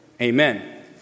amen